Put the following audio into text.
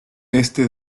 este